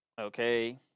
Okay